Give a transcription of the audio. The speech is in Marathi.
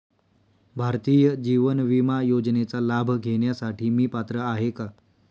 भारतीय जीवन विमा योजनेचा लाभ घेण्यासाठी मी पात्र आहे का?